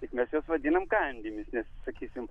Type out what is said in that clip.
tik mes juos vadiname kandimis sakysim